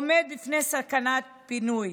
עומד בפני סכנת פינוי.